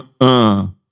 -uh